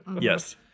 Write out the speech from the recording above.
Yes